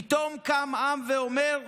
פתאום קם עם ואומר: